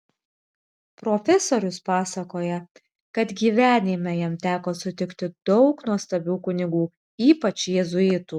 profesorius pasakoja kad gyvenime jam teko sutikti daug nuostabių kunigų ypač jėzuitų